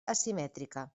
asimètrica